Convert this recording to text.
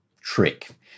trick